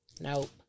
Nope